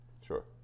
sure